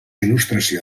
il·lustració